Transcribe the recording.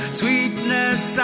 sweetness